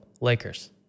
Lakers